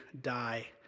die